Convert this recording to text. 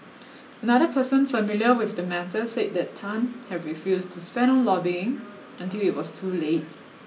another person familiar with the matter said that Tan had refused to spend on lobbying until it was too late